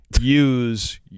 use